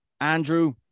Andrew